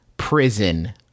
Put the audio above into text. prison